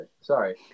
Sorry